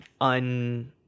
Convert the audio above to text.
un